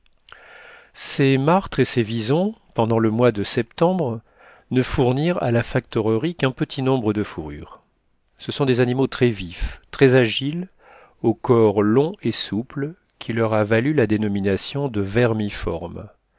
ces martres et ces visons pendant le mois de septembre ne fournirent à la factorerie qu'un petit nombre de fourrures ce sont des animaux très vifs très agiles au corps long et souple qui leur a valu la dénomination de